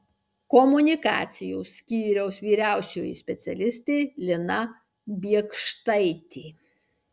komunikacijos skyriaus vyriausioji specialistė lina biekštaitė